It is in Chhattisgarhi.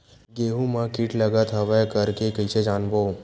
गेहूं म कीट लगत हवय करके कइसे जानबो?